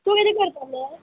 तूं किदें करतलें